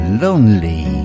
lonely